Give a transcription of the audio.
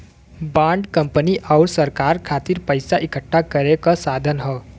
bond company आउर सरकार खातिर पइसा इकठ्ठा करे क साधन हौ